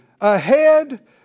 ahead